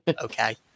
Okay